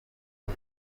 uko